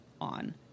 on